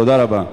תודה רבה.